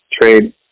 trade